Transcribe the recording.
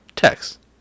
text